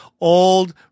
old